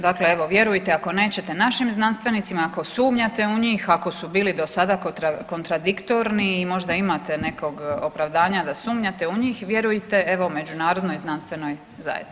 Dakle, evo vjerujte ako nećete našim znanstvenicima ako sumnjate u njih, ako su bili do sada kontradiktorni i možda imate nekog opravdanja da sumnjate u njih, vjerujte evo međunarodnoj znanstvenoj zajednici.